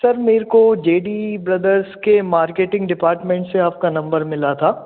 sir मेरे को J D brothers के मार्केटिंग डिपार्टमेंट से आपका नम्बर मिला था